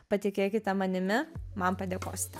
patikėkite manimi man padėkosite